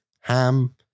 ham